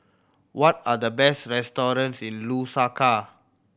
what are the best restaurants in Lusaka